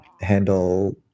handle